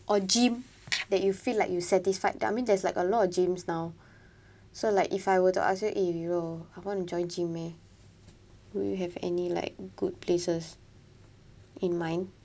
or gym that you feel like you satisfied uh I mean there's like a lot of gyms now so like if I were to ask you eh your I want enjoy gym meh do you have any like good places in mind